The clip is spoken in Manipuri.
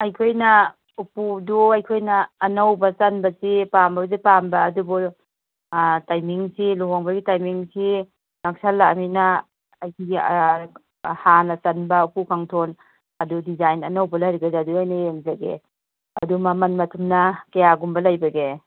ꯑꯩꯈꯣꯏꯅ ꯎꯄꯨꯗꯨ ꯑꯩꯈꯣꯏꯅ ꯑꯅꯧꯕ ꯆꯟꯕꯁꯤ ꯄꯥꯝꯕꯕꯨꯗꯤ ꯄꯥꯝꯕ ꯑꯗꯨꯕꯨ ꯇꯥꯏꯃꯤꯡꯁꯤ ꯂꯨꯍꯣꯡꯕꯒꯤ ꯇꯥꯏꯃꯤꯡꯁꯤ ꯅꯛꯁꯤꯜꯂꯛꯑꯃꯤꯅ ꯍꯥꯟꯅ ꯆꯟꯕ ꯎꯄꯨ ꯀꯥꯡꯊꯣꯟ ꯑꯗꯨ ꯗꯤꯖꯥꯏꯟ ꯑꯅꯧꯕ ꯂꯩꯔꯒꯗꯤ ꯑꯗꯨꯗ ꯑꯣꯏꯅ ꯌꯦꯡꯖꯒꯦ ꯑꯗꯨ ꯃꯃꯟ ꯃꯊꯨꯝꯅ ꯀꯌꯥꯒꯨꯝꯕ ꯂꯩꯕꯒꯦ